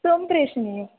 त्वं प्रेषणीयः